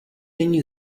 není